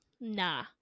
nah